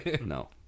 No